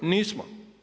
Nismo.